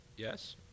Yes